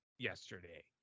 yesterday